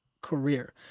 career